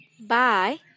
Bye